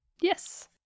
Yes